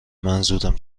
منظورم